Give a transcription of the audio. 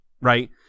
right